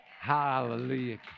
Hallelujah